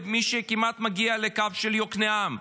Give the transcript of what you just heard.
לבין מי שכמעט מגיע לקו של יוקנעם.